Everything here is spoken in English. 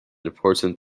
important